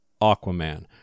Aquaman